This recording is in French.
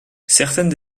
certaines